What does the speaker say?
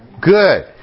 Good